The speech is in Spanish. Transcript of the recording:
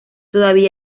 todavía